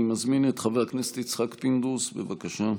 אני מזמין את חבר הכנסת יצחק פינדרוס, בבקשה.